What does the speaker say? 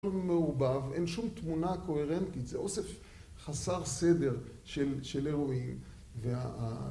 מעורבב, אין שום תמונה קוהרנטית, זה אוסף חסר סדר של אירועים, וה...